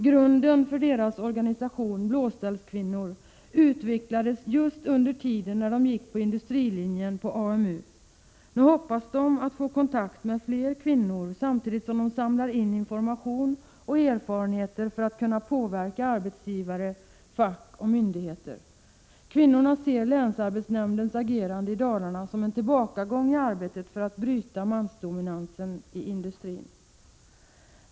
Grunden för deras organisation ”Blåställskvinnor” utvecklades just under tiden när de gick på industrilinjen 101 på AMU. Nu hoppas de få kontakt med fler kvinnor, samtidigt som de samlar in information och erfarenheter för att kunna påverka arbetsgivare, fack och myndigheter. Kvinnorna ser länsarbetsnämndens agerande i Dalarna som en tillbakagång i arbetet för att bryta mansdominansen i industrin.